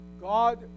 God